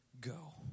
go